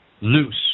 Loose